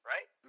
Right